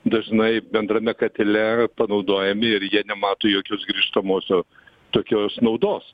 dažnai bendrame katile panaudojami ir jie nemato jokios grįžtamosios tokios naudos